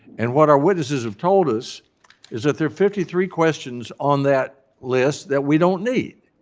and what our witnesses have told us is that there are fifty three questions on that list that we don't need.